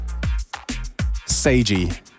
Seiji